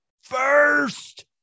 first